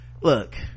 look